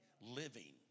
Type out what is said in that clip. living